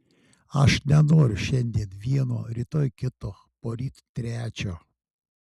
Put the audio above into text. aš nenoriu šiandien vieno rytoj kito poryt trečio